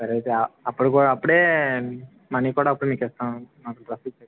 సరే అయితే అ అప్పుడు కూడా అప్పుడే మనీ కూడా అప్పుడే నీకు ఇస్తాము మాకు డ్రెస్ ఇచ్చాకా